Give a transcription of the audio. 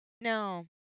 No